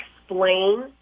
explain